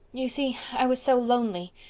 you see, i was so lonely.